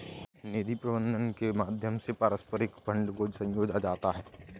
निधि प्रबन्धन के माध्यम से पारस्परिक फंड को संजोया जाता है